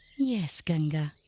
yes, ganga,